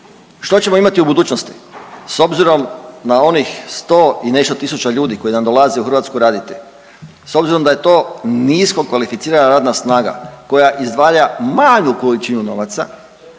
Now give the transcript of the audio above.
Što ćemo imati u budućnosti s obzirom na onih 100 i nešto tisuća ljudi koji nam dolaze u Hrvatsku raditi s obzirom da je to nisko kvalificirana radna snaga koja izdvaja manju količinu novaca